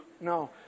No